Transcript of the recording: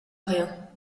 rien